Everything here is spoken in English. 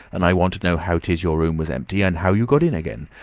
and i want to know how tis your room was empty, and how you got in again.